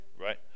right